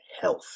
health